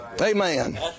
Amen